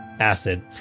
Acid